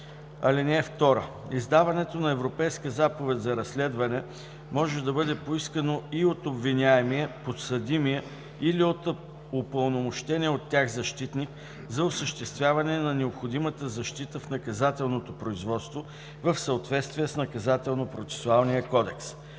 (2) Издаването на Европейска заповед за разследване може да бъде поискано и от обвиняемия, подсъдимия или от упълномощения от тях защитник за осъществяване на необходимата защита в наказателното производство в съответствие с